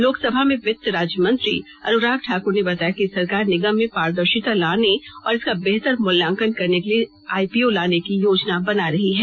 लोकसभा में वित्त राज्य मंत्री अनुराग ठाक्र ने बताया कि सरकार निगम में पारदर्शिता लाने और इसका बेहतर मूल्यांकन करने के लिए आईपीओ लाने की योजना बना रही है